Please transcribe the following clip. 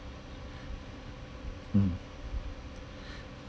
mm